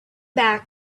back